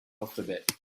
alphabet